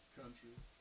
countries